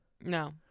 No